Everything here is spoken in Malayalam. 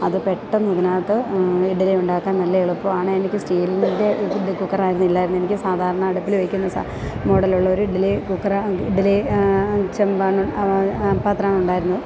അതു പെട്ടന്നിതിനകത്ത് ഇഡലി ഉണ്ടാക്കാൻ നല്ല എളുപ്പമാണ് എനിക്ക് സ്റ്റീലിൻ്റെ കുക്കറായിരുന്നു ഇല്ലായിരുന്നു എനിക്കു സാധാരണ അടുപ്പില് വയ്ക്കുന്ന മോഡലുള്ളൊരു ഇഡ്ഡലി കുക്കർ ഇഡ്ഡലി പാത്രം ഉണ്ടായിരുന്നു